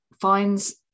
finds